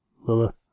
Lilith